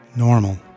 normal